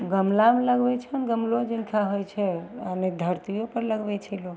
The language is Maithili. गमलामे लगबै छै गमलो जिनका होइ छै आओर नहि तऽ धरतिओपर लगबै छै लोक